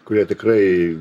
kurie tikrai